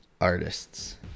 artists